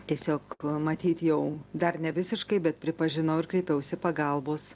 tiesiog matyt jau dar nevisiškai bet pripažinau ir kreipiausi pagalbos